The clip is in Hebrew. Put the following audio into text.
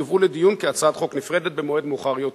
יובאו לדיון כהצעת חוק נפרדת במועד מאוחר יותר.